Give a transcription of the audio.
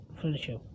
Friendship